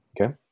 Okay